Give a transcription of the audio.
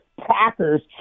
Packers